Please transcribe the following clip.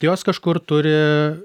tai jos kažkur turi